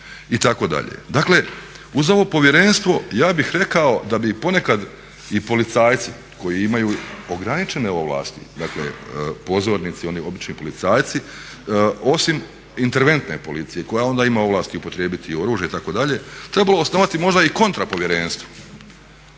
itd. Dakle, uz ovo povjerenstvo ja bih rekao da bi ponekad i policajci koji imaju ograničene ovlasti, dakle pozornici oni obični policajci, osim interventne policije koja onda ima ovlasti upotrijebiti i oružje itd. trebalo osnovati možda i kontra povjerenstvo.